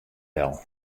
del